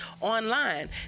online